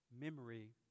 memory